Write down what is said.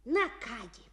na ką gi